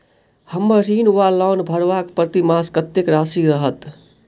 हम्मर ऋण वा लोन भरबाक प्रतिमास कत्तेक राशि रहत?